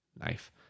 knife